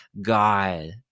God